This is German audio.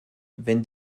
wenn